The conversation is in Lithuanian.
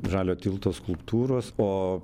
žalio tilto skulptūros o